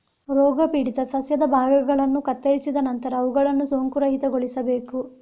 ರೋಗಪೀಡಿತ ಸಸ್ಯದ ಭಾಗಗಳನ್ನು ಕತ್ತರಿಸಿದ ನಂತರ ಅವುಗಳನ್ನು ಸೋಂಕುರಹಿತಗೊಳಿಸಬೇಕು